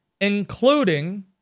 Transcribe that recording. including